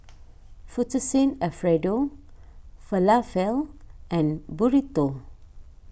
Fettuccine Alfredo Falafel and Burrito